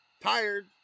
tired